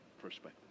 perspective